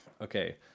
Okay